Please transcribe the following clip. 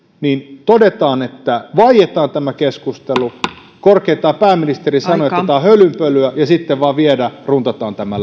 niin todetaan että vaietaan tämä keskustelu ja korkeintaan pääministeri sanoo että tämä on hölynpölyä ja sitten vain viedä runtataan tämä